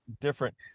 different